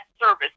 service